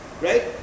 right